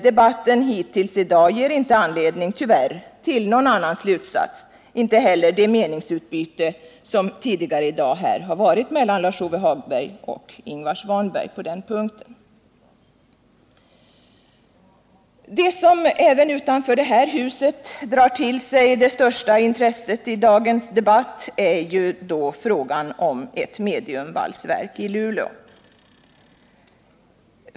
Debatten hittills i dag ger tyvärr inte anledning till någon annan slutsats. Det gör inte heller det meningsutbyte som tidigare i dag har ägt rum mellan Lars-Ove Hagberg och Ingvar Svanberg. Det som även utanför detta hus drar till sig det största intresset från dagens debatt är frågan om ett mediumvalsverk till Luleå.